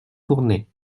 tourner